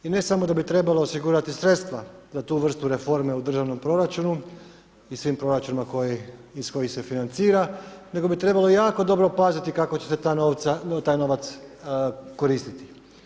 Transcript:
I ne samo da bi trebalo osigurati sredstva za tu vrstu reforme u državnom proračunu i svim proračunima iz kojih se financira, nego bi trebalo jako dobro paziti kako će se taj novac koristiti.